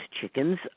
chickens